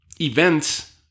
events